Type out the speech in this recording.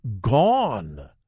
gone